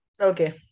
Okay